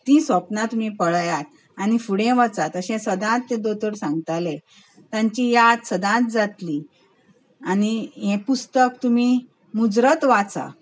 ती स्वपनां तुमी पळेयात आनी फुडें वचात अशें सदांच दोतोर सांगताले तांची याद सदांच जातली आनी हें पुस्तक तुमी मुजरत वाचा